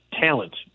talent